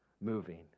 moving